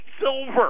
silver